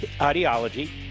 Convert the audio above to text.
ideology